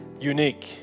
Unique